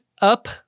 up